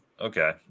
Okay